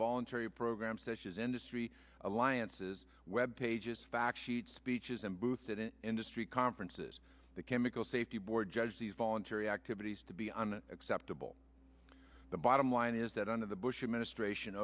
voluntary programs that has industry alliance's web pages fact sheet speeches and booths at an industry conferences the chemical safety board judge these voluntary activities to be an acceptable the bottom line is that under the bush administration